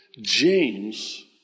James